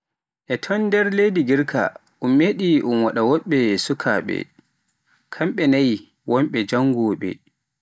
E nder leydi girka, un meɗi un waɗa wobbe sukaaɓe kanɓe naayi wonɓe janngowooɓe